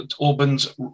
Auburn's